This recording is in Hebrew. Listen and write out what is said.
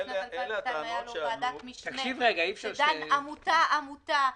הייתה לו ועדת משנה שדנה עמותה עמותה,